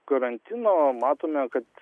karantino matome kad